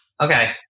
Okay